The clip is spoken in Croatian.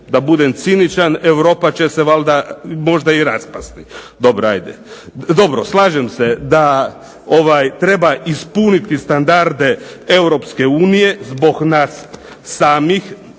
da budem ciničan, Europa će se možda i raspasti. Dobro, slažem se da treba ispuniti standarde Europske unije zbog nas samih.